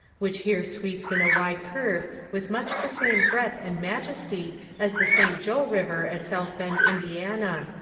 which here sweeps in a wide curve with much the same breadth and majesty as the st. jo river at south bend, indiana.